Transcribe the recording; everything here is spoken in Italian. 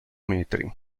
metri